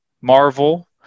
marvel